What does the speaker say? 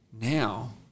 Now